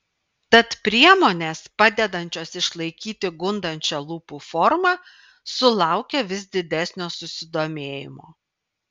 tad priemonės padedančios išlaikyti gundančią lūpų formą sulaukia vis didesnio susidomėjimo